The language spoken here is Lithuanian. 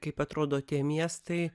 kaip atrodo tie miestai